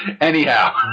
anyhow